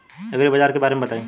एग्रीबाजार के बारे में बताई?